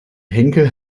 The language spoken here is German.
henkel